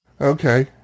Okay